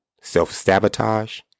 self-sabotage